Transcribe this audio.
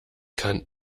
kann